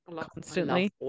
constantly